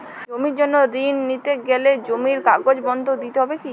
জমির জন্য ঋন নিতে গেলে জমির কাগজ বন্ধক দিতে হবে কি?